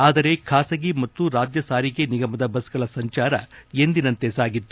ಆದರೆ ಖಾಸಗಿ ಮತ್ತು ರಾಜ್ಯ ಸಾರಿಗೆ ನಿಗಮದ ಬಸ್ಗಳ ಸಂಚಾರ ಎಂದಿನಂತೆ ಸಾಗಿತ್ತು